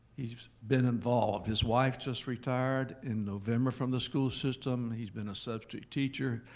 he's been involved. his wife just retired in november from the school system. he's been a substitute teacher.